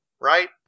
right